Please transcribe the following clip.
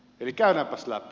eli käydäänpäs läpi